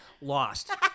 lost